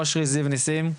אושרי זיו ניסים,